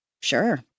Sure